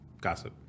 gossip